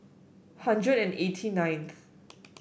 hundred and eighty ninth